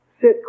Sit